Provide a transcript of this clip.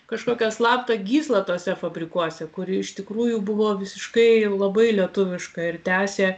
kažkokią slaptą gyslą tuose fabrikuose kuri iš tikrųjų buvo visiškai labai lietuviška ir tęsė